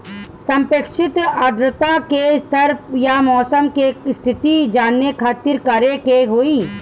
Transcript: सापेक्षिक आद्रता के स्तर या मौसम के स्थिति जाने खातिर करे के होई?